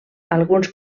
alguns